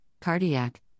cardiac